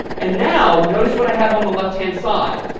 and now, notice what i have on the left hand side.